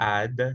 add